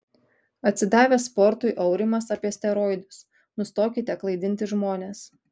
atsidavęs sportui aurimas apie steroidus nustokite klaidinti žmones